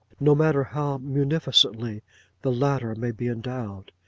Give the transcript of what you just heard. no matter how munificently the latter may be endowed.